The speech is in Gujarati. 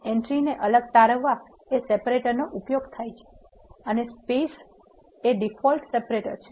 એન્ટ્રીને અલગ તારવા સેપ્રેટર નો ઉપયોગ થાય છે અને સ્પેસ એ ડીફોલ્ટ સેપ્રેટર છે